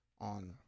on